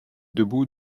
debout